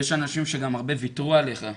יש אנשים שגם הרבה ויתרו עליך,